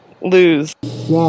Lose